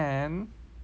then